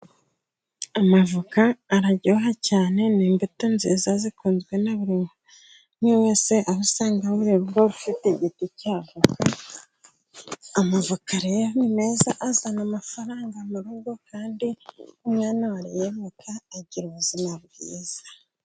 Amavoka araryoha cyane ni imbuto nziza zikunzwe na buri umwe wese, aho usanga buri rugo rufite igiti cya voka, amavoka rero ni meza azana amafaranga mu rugo, kandi umwana wariye avoka agira ubuzima bwiza.